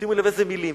שימו לב איזה מלים.